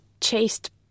chased